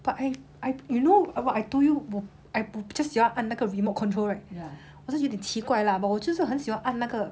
but I I you know what I told you 我 I 就喜欢按那个 remote control right 我就是有一点奇怪 lah but 我就是很喜欢按那个